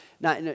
Now